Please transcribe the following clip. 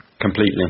completely